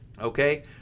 okay